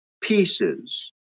pieces